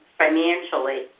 financially